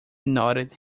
nodded